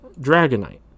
Dragonite